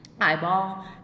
eyeball